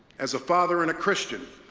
as a father and a christian,